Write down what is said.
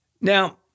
Now